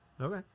Okay